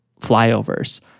flyovers